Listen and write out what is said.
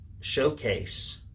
showcase